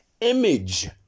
image